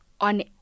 on